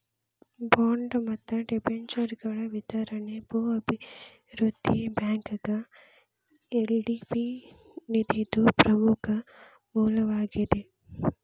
bond ಮತ್ತ ಡಿಬೆಂಚರ್ಗಳ ವಿತರಣಿ ಭೂ ಅಭಿವೃದ್ಧಿ ಬ್ಯಾಂಕ್ಗ ಎಲ್.ಡಿ.ಬಿ ನಿಧಿದು ಪ್ರಮುಖ ಮೂಲವಾಗೇದ